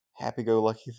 happy-go-lucky